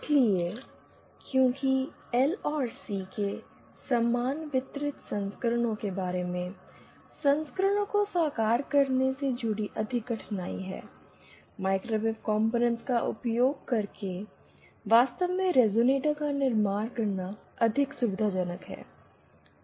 इसलिए क्योंकि एल और सी के समान वितरित संस्करणों के बराबर संस्करणों को साकार करने से जुड़ी अधिक कठिनाई है माइक्रोवेव कंपोनेंट्स का उपयोग करके वास्तव में रिजोनेटर का निर्माण करना अधिक सुविधाजनक है